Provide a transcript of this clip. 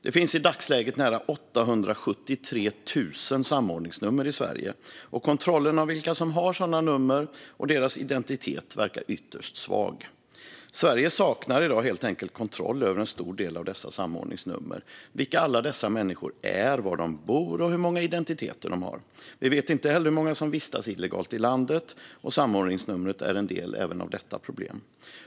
Det finns i dagsläget nära 873 000 samordningsnummer i Sverige, och kontrollen av vilka som har sådana nummer och deras identitet verkar ytterst svag. Sverige saknar i dag helt enkelt kontroll över en stor del av dessa samordningsnummer - vilka alla dessa människor är, var de bor och hur många identiteter de har. Vi vet inte heller hur många som vistas illegalt i landet, och samordningsnumret är en del även av detta problem.